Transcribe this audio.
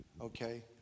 okay